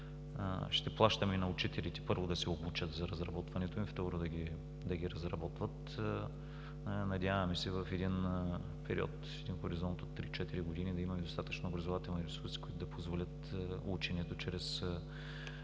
Ще плащаме на учителите, първо, да се обучат за разработването им, второ, да ги разработват. Надяваме се в един период, един хоризонт от три-четири години да имаме достатъчно образователни ресурси, които да позволят ученето